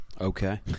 Okay